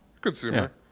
consumer